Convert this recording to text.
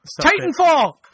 Titanfall